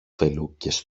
φελούκες